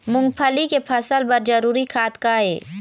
मूंगफली के फसल बर जरूरी खाद का ये?